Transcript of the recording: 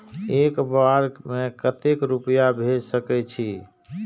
एक बार में केते रूपया भेज सके छी?